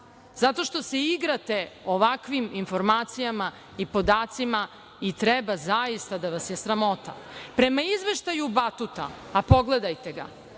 zato što se igrate ovakvim informacijama i podacima i treba da vas je zaista sramota. Prema izveštaju Batuta, a pogledajte ga,